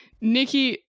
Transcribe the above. nikki